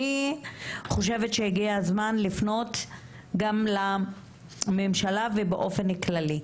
אני חושבת שהגיע הזמן לפנות גם לממשלה ובאופן כללי.